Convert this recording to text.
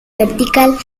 vertical